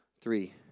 three